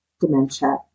dementia